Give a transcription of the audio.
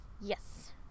yes